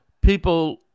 people